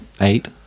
Eight